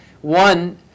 one